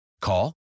Call